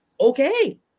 Okay